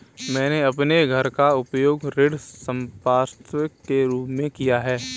मैंने अपने घर का उपयोग ऋण संपार्श्विक के रूप में किया है